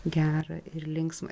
gera ir linksma